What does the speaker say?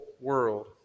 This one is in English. world